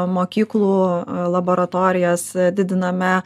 mokyklų laboratorijas didiname